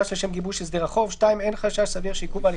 זה מה שיש לו?